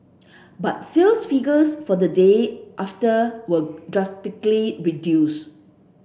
but sales figures for the day after were drastically reduced